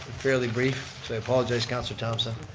fairly brief, so i apologize councilor thomson.